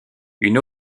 une